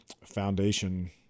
foundation